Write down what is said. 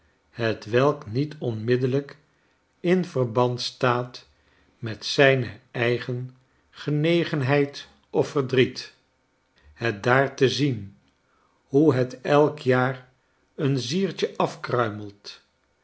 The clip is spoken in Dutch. hetwelk niet onmiddellijk in verband staat met zijne eigen genegenheid of verdriet het daar te zien hoe het elk jaar eenziertje afkruimelt